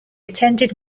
attended